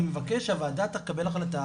אני מבקש שהוועדה תקבל החלטה